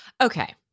Okay